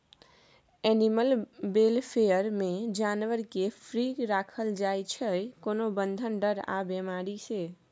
animal welfare मे जानबर केँ फ्री राखल जाइ छै कोनो बंधन, डर आ बेमारी सँ